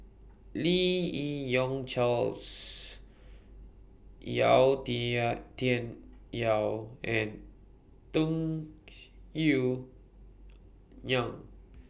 Lim Yi Yong Charles Yau Tian Yau and Tung Yue Nang